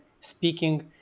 speaking